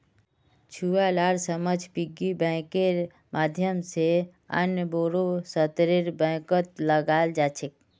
छुवालार समझ पिग्गी बैंकेर माध्यम से अन्य बोड़ो स्तरेर बैंकत लगाल जा छेक